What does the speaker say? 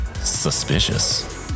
suspicious